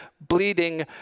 bleeding